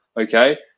okay